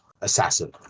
Assassin